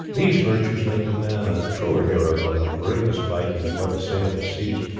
these virtues make a man a truer hero than the bravest viking who ever sailed the seas.